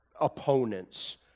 opponents